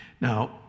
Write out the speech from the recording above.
now